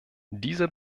dieser